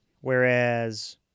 whereas